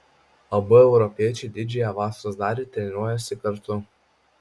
abu europiečiai didžiąją vasaros dalį treniruojasi kartu